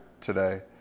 today